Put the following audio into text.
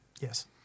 Yes